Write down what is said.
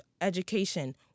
education